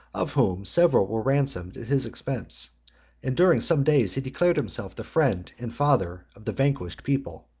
of whom several were ransomed at his expense and during some days he declared himself the friend and father of the vanquished people.